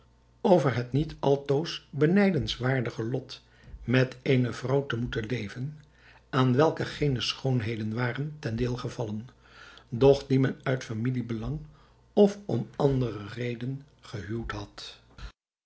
over het niet altoos benijdenswaardige lot met eene vrouw te moeten leven aan welke geene schoonheden waren ten deel gevallen doch die men uit familiebelang of om andere redenen gehuwd had